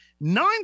nine